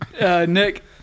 Nick